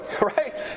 right